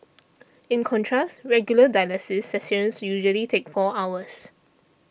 in contrast regular dialysis sessions usually take four hours